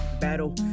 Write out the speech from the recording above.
battle